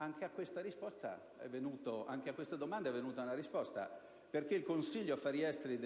Anche a questa domanda è venuta una risposta: il Consiglio affari esteri